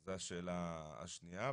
זו השאלה השנייה.